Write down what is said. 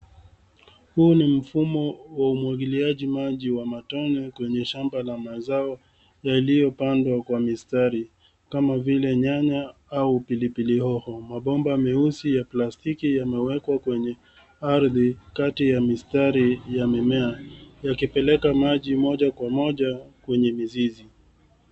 Huu ni mfumo wa umwagiliaji maji wa matone kwenye shamba la mazao yaliyopandwa kwa mistari, kama vile nyanya au pilipili hoho. Mabomba meusi ya plastiki yamewekwa kwenye ardhi, kati ya mistari ya mimea yakipeleka maji moja kwa moja kwenye mizizi.